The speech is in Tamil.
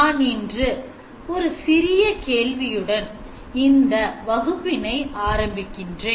நான் இன்று ஒரு சிறிய கேள்வியுடன் இந்த வகுப்பினை ஆரம்பிக்கின்றேன்